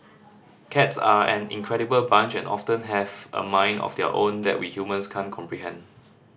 cats are an incredible bunch and often have a mind of their own that we humans can't comprehend